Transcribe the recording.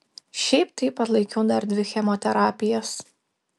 šiaip taip atlaikiau dar dvi chemoterapijas